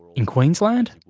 in queensland?